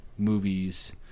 movies